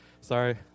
Sorry